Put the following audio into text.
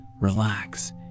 relax